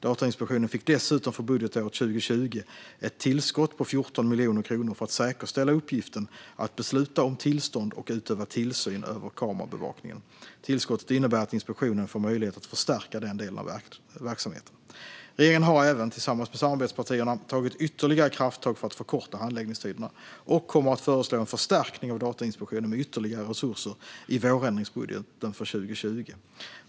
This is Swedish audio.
Datainspektionen fick dessutom för budgetåret 2020 ett tillskott på 14 miljoner kronor för att säkerställa uppgiften att besluta om tillstånd och utöva tillsyn över kamerabevakningen. Tillskottet innebär att inspektionen får möjlighet att förstärka den delen av verksamheten. Regeringen har även, tillsammans med samarbetspartierna, tagit ytterligare krafttag för att förkorta handläggningstiderna, och kommer att föreslå en förstärkning till Datainspektionen med ytterligare resurser i vårändringsbudgeten för 2020.